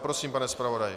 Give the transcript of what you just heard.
Prosím, pane zpravodaji.